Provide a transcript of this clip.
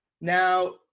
now